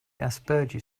asperger